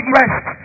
rest